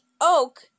oak